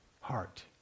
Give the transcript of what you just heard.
heart